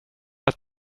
att